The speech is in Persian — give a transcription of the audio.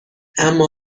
اما